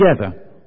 Together